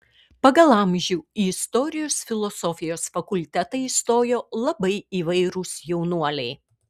pagal amžių į istorijos filosofijos fakultetą įstojo labai įvairūs jaunuoliai